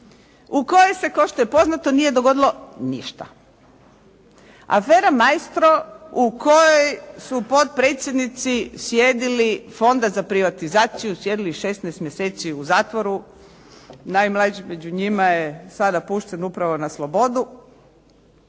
u kojoj se kao što je poznato nije dogodilo ništa. Afera Maestro u kojoj su potpredsjednici Fonda za privatizaciju sjedili 16 mjeseci u zatvoru. Najmlađi među njima je sada pušten upravo na slobodu.